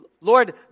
Lord